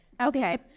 Okay